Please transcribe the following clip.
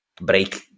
break